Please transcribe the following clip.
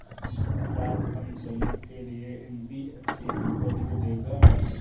का कम समय के लिए एन.बी.एफ.सी हमको ऋण देगा?